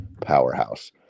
powerhouse